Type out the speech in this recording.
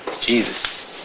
Jesus